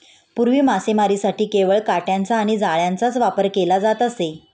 पूर्वी मासेमारीसाठी केवळ काटयांचा आणि जाळ्यांचाच वापर केला जात असे